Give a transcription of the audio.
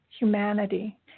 humanity